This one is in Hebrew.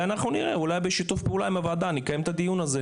ואנחנו נראה אולי בשיתוף פעולה עם הוועדה נקיים את הדיון הזה,